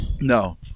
No